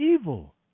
evil